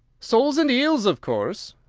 soles and eels, of course,